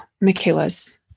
Michaela's